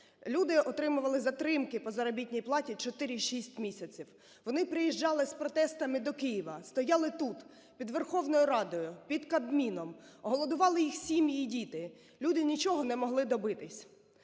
Люди отримували затримки по заробітній платі 4-6 місяців. Вони приїжджали з протестами до Києва, стояли тут під Верховною Радою, під Кабміном, голодували їх сім'ї і діти, люди нічого не могли добитись.